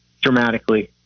dramatically